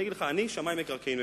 אני שמאי מקרקעין במקצועי.